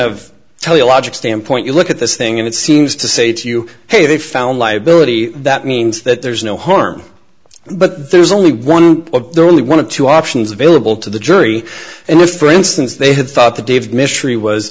of tell you logic standpoint you look at this thing and it seems to say to you hey they found liability that means that there's no harm but there's only one of the only one of two options available to the jury and if for instance they had thought the david mystery was